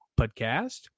podcast